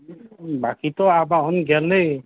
বাকীতো আৱাহন গ'লেই